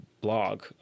blog